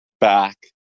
back